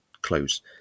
close